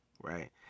right